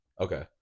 Okay